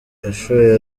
yashoye